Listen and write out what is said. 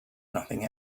nothing